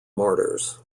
martyrs